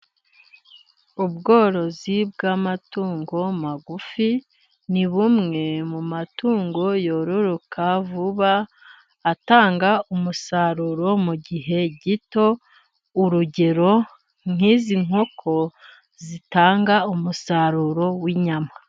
Ubworozi bw'amatungo magufi, ni bumwe mu matungo yororoka vuba atanga umusaruro mu gihe gito, urugero nk'izi nkoko zitanga umusaruro w'inyama.